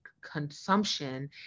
consumption